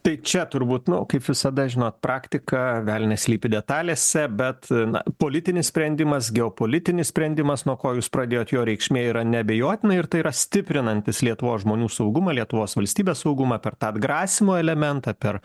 tai čia turbūt nu kaip visada žinot praktika velnias slypi detalėse bet na politinis sprendimas geopolitinis sprendimas nuo ko jūs pradėjot jo reikšmė yra neabejotina ir tai yra stiprinantis lietuvos žmonių saugumą lietuvos valstybės saugumą per tą atgrasymo elementą per